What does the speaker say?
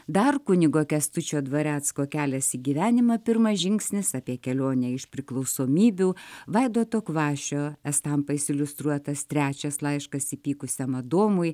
dar kunigo kęstučio dvarecko kelias į gyvenimą pirmas žingsnis apie kelionę iš priklausomybių vaidoto kvašio estampais iliustruotas trečias laiškas įpykusiam adomui